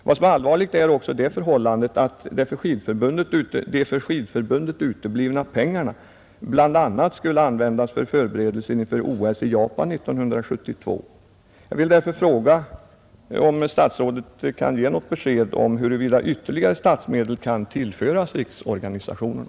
Vad som är allvarligt är också det förhållandet att de för Skidförbundet uteblivna pengarna bl.a. skulle användas för förberedelser inför OS i Japan 1972. Jag vill därför fråga om statsrådet kan ge något besked om huruvida ytterligare statsmedel kan tillföras riksorganisationerna.